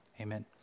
amen